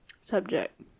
Subject